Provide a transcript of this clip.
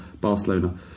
Barcelona